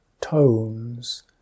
tones